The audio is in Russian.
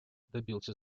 добился